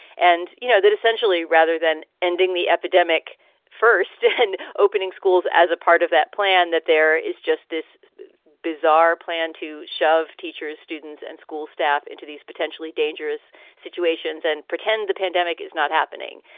and you know, that essentially, rather than ending the epidemic first and opening schools as a part of that plan, that there is just this bizarre plan to shove teachers, students and school staff into these potentially dangerous situations and pretend the pandemic is not happening.